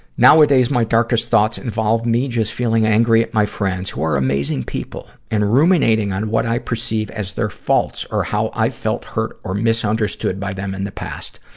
nowadays, my darkest thoughts involve me just feeling angry at my friends who are amazing people and ruminating on what i perceive as their faults, or how i felt hurt or misunderstood by them in the past.